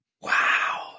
wow